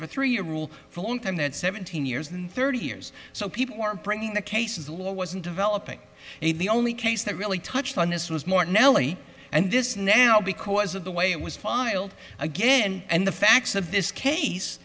of a three year rule for a long time that seventeen years and thirty years so people weren't bringing the cases the law wasn't developing a the only case that really touched on this was more nellie and this now because of the way it was filed again and the facts of this case